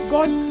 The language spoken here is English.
God